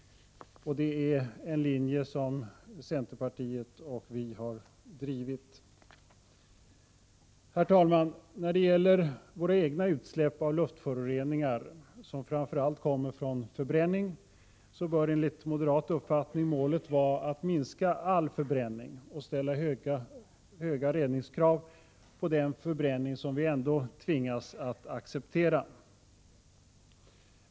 Det är en linje som centerpartiet och vi har drivit. När det gäller våra egna utsläpp av luftföroreningar, som framför allt kommer från förbränning, bör enligt moderat uppfattning målet vara att minska all förbränning och att ställa höga reningskrav på den förbränning som vi ändå tvingas att acceptera.